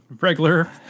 regular